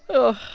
oh,